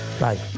Bye